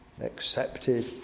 accepted